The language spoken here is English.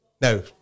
No